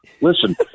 Listen